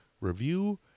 review